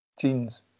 jeans